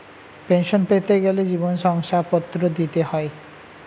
pension পেতে গেলে জীবন শংসাপত্র দিতে হয়